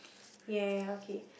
ya okay